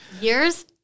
Years